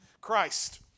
Christ